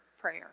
prayer